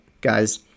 guys